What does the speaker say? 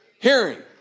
Hearing